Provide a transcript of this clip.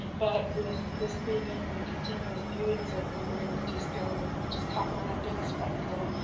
but with this being in continuous viewing zone, we were able to just go and just hop around getting spectra.